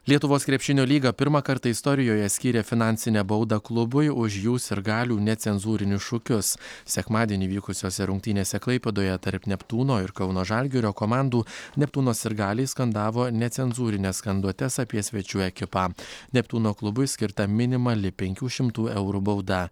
lietuvos krepšinio lyga pirmą kartą istorijoje skyrė finansinę baudą klubui už jų sirgalių necenzūrinius šūkius sekmadienį vykusiose rungtynėse klaipėdoje tarp neptūno ir kauno žalgirio komandų neptūno sirgaliai skandavo necenzūrines skanduotes apie svečių ekipą neptūno klubui skirta minimali penkių šimtų eurų bauda